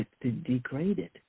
degraded